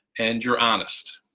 and you're honest.